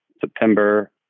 September